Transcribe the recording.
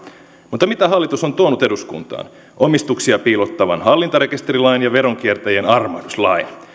mutta mitä hallitus on tuonut eduskuntaan omistuksia piilottavan hallintarekisterilain ja veronkiertäjien armahduslain